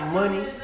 money